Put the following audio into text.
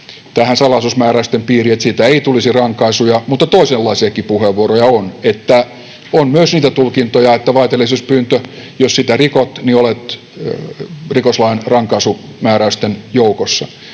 kuulu salaisuusmääräysten piiriin, että siitä ei tulisi rankaisuja, mutta toisenlaisiakin puheenvuoroja on: on myös niitä tulkintoja, että jos rikot vaiteliaisuuspyyntöä, niin olet rikoslain rankaisumääräysten keskuudessa.